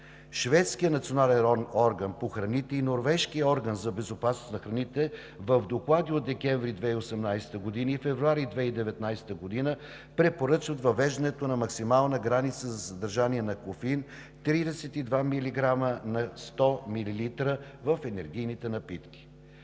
Шведският национален орган по храните и норвежкият орган за безопасност на храните в доклади от месец декември 2018 г. и февруари 2019 г. препоръчват въвеждането на максимална граница за съдържание на кофеин 32 милиграма на 100 милилитра в енергийните напитки.